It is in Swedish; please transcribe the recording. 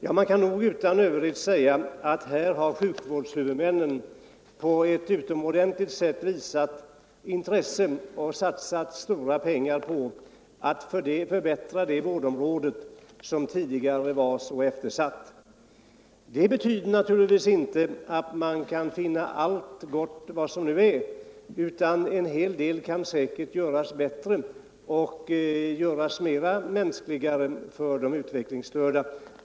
Ja, man kan utan överdrift säga att här har sjukvårdsmännen på ett utomordentligt sätt visat intresse och satsat stora pengar på att förbättra ett vårdområde som tidigare var eftersatt. Det betyder naturligtvis inte att man kan finna allt vad som nu är gott utan en hel del kan säkert göras bättre och göras mänskligare för de utvecklingsstörda.